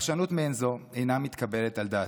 פרשנות מעין זאת אינה מתקבלת על דעתי.